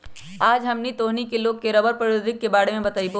आज हम तोहनी लोग के रबड़ प्रौद्योगिकी के बारे में बतईबो